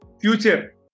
Future